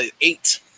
Eight